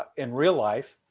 in real life.